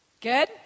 good